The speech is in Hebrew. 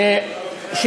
כך יהיה.